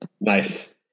nice